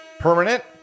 Permanent